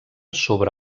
sobre